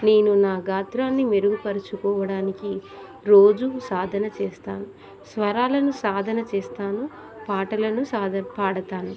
నేను నా గాత్రాన్ని మెరుగుపరుచుకోవడానికి రోజు సాధన చేస్తాను స్వరాలను సాధన చేస్తాను పాటలను సాధ పాడతాను